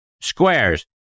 Squares